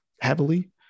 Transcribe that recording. heavily